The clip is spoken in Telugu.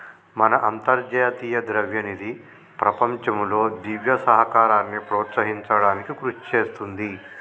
మన అంతర్జాతీయ ద్రవ్యనిధి ప్రపంచంలో దివ్య సహకారాన్ని ప్రోత్సహించడానికి కృషి చేస్తుంది